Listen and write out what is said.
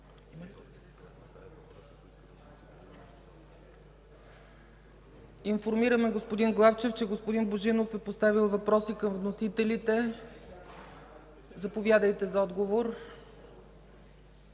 Информира ме господин Главчев, че господин Божинов е поставил въпроси към вносителите. Заповядайте за отговор.